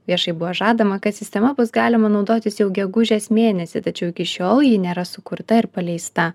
viešai buvo žadama kad sistema bus galima naudotis jau gegužės mėnesį tačiau iki šiol ji nėra sukurta ir paleista